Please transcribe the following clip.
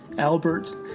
Albert